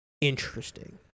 Interesting